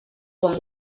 quan